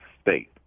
state